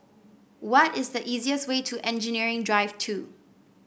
what is the easiest way to Engineering Drive Two